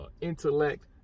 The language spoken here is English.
intellect